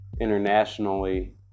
internationally